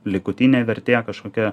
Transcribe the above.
likutinė vertė kažkokia